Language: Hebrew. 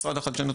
משרד החדשנות,